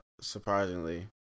surprisingly